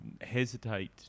hesitate